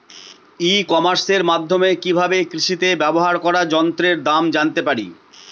ই কমার্সের মাধ্যমে কি ভাবে কৃষিতে ব্যবহার করা যন্ত্রের দাম জানতে পারি?